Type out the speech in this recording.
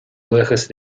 buíochas